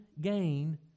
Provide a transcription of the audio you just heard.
gain